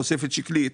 תוספת שקלית,